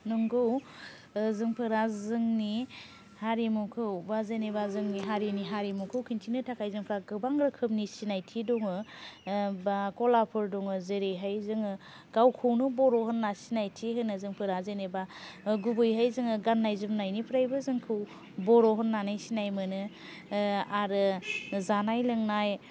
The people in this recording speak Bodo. नंगौ जोंफोरा जोंनि हारिमुखौ बा जेनेबा जोंनि हारिनि हारिमुखौ खिन्थिनो थाखाय जोंफ्रा गोबां रोखोमनि सिनायथि दङो बा क'लाफोर दङो जेरैहाय जोङो गावखौनो बर' होन्नानै सिनायथि जोंफोरा जेनोबा गुबैयैहाय जोङो गान्नाय जोमनायनिफ्रायबो जोंखौ बर' होन्नानै सिनाय मोनो आरो जानाय लोंनाय